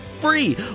free